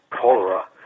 cholera